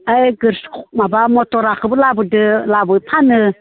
ओय माबा मटरखौबो लाबोदो फानो